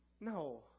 No